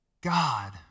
God